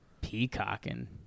peacocking